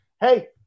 hey